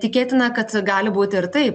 tikėtina kad gali būt ir taip